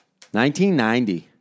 1990